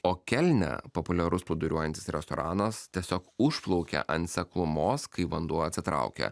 o kelne populiarus plūduriuojantis restoranas tiesiog užplaukė ant seklumos kai vanduo atsitraukė